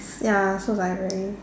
ya so it's like very